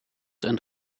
een